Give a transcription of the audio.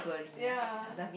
ya